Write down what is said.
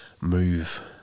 move